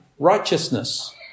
Righteousness